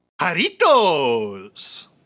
Haritos